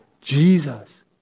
Jesus